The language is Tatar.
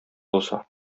булса